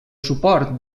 suport